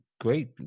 great